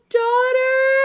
daughter